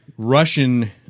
russian